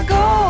go